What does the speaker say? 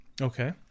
Okay